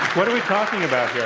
what are we talking about, here?